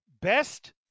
Best